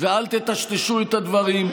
ואל תטשטשו את הדברים.